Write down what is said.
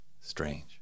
strange